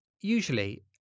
usually